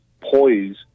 poise